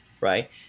right